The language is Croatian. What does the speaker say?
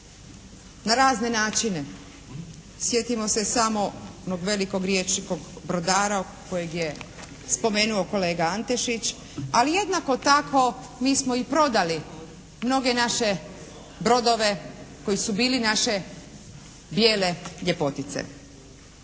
na razne načine, sjetimo se samo onog velikog riječkog brodara kojeg je spomenuo kolega Antešić. Ali jednako tako mi smo i prodali mnoge naše brodove koji su bile naše bijele ljepotice,